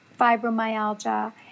fibromyalgia